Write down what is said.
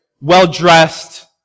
well-dressed